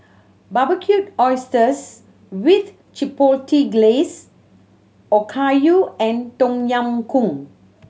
Barbecued Oysters with Chipotle Glaze Okayu and Tom Yam Goong